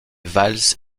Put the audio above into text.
valses